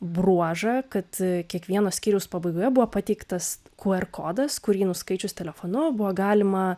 bruožą kad kiekvieno skyriaus pabaigoje buvo pateiktas kiu er kodas kurį nuskaičius telefonu buvo galima